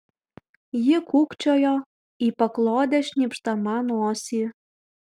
ji kūkčiojo į paklodę šnypšdama nosį